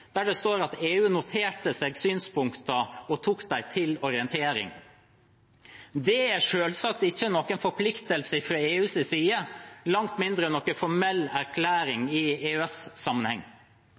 der det står at EU noterte seg synspunktene og tok dem til orientering. Dette er selvsagt ikke noen forpliktelse fra EUs side, langt mindre en formell erklæring